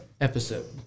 episode